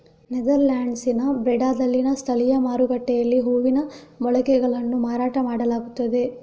ನೆದರ್ಲ್ಯಾಂಡ್ಸಿನ ಬ್ರೆಡಾದಲ್ಲಿನ ಸ್ಥಳೀಯ ಮಾರುಕಟ್ಟೆಯಲ್ಲಿ ಹೂವಿನ ಮೊಳಕೆಗಳನ್ನು ಮಾರಾಟ ಮಾಡಲಾಗುತ್ತದೆ